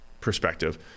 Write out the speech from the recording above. perspective